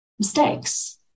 mistakes